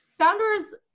founders